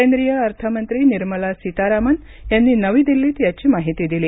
केंद्रीय अर्थमंत्री निर्मला सीतारामन यांनी नवी दिल्लीत याची माहिती दिली